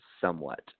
somewhat